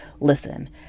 Listen